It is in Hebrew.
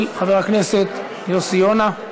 של חבר הכנסת יוסי יונה.